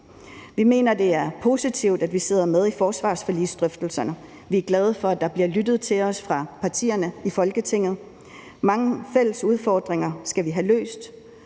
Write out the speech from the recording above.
Vi mener, at det er positivt, at vi sidder med i forsvarsforligsdrøftelserne. Vi er glade for, at der bliver lyttet til os fra partierne i Folketinget. Mange fælles udfordringer skal vi have løst.